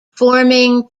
forming